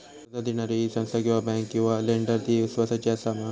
कर्ज दिणारी ही संस्था किवा बँक किवा लेंडर ती इस्वासाची आसा मा?